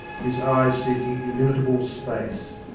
his eyes seeking illimitable space.